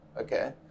Okay